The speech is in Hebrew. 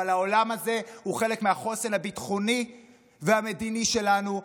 אבל העולם הזה הוא חלק מהחוסן הביטחוני והמדיני שלנו,